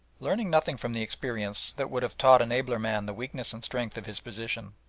learning nothing from the experience that would have taught an abler man the weakness and strength of his position,